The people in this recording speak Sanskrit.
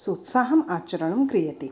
सोत्साहम् आचरणं क्रियते